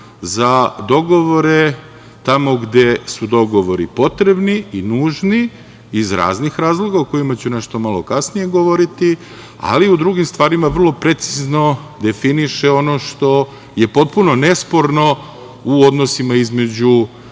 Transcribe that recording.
za dogovore tamo gde su dogovori potrebni i nužni iz raznih razloga o kojima ću nešto malo kasnije govoriti, ali u drugim stvarima vrlo precizno definiše što je potpuno nesporno u odnosima između